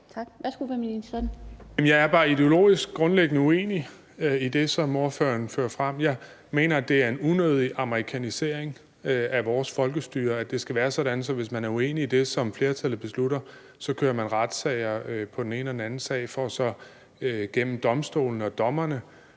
Bek): Jamen jeg er bare ideologisk grundlæggende uenig i det, som ordføreren fører frem. Jeg mener, det er en unødig amerikanisering af vores folkestyre, at det skal være sådan, at hvis man er uenig i det, som flertallet beslutter, så kører man retssager på den ene og den anden sag for så gennem domstolene og dommerne